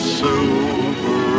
silver